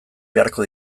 beharko